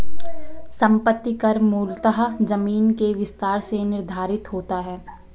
संपत्ति कर मूलतः जमीन के विस्तार से निर्धारित होता है